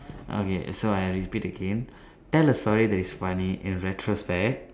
okay so I repeat again tell a story that is funny in retrospect